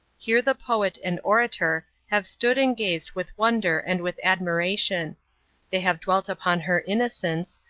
here the poet and orator have stood and gazed with wonder and with admiration they have dwelt upon her innocence,